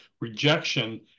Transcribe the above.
rejection